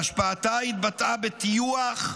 שהשפעתה התבטאה בטיוח,